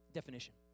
definition